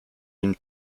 une